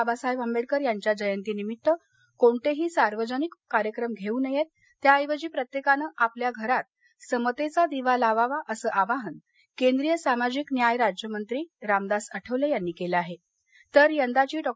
बाबासाहधीआंबेक्कर यांच्या जयंतीनिमित्त कोणतहीीसार्वजनिक कार्यक्रम घस्त्र नयत्त त्या ऐवजी प्रत्यक्तीनं आपल्या घरात समतद्या दिवा लावावा असं आवाहन केंद्रीय सामाजिक न्याय राज्यमंत्री रामदास आठवल ज्ञानी कल्ल आह तर यंदाची डॉ